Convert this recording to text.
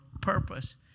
purpose